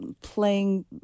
playing